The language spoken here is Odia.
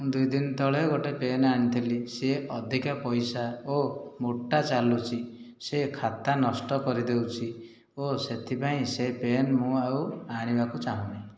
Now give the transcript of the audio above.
ଦୁଇଦିନ ତଳେ ଗୋଟିଏ ପେନ୍ ଆଣିଥିଲି ସିଏ ଅଧିକ ପଇସା ଓ ମୋଟା ଚାଲୁଛି ସେ ଖାତା ନଷ୍ଟ କରିଦେଉଛି ଓ ସେଥିପାଇଁ ସେ ପେନ୍ ମୁଁ ଆଉ ଆଣିବାକୁ ଚାହୁଁନାହିଁ